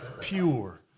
pure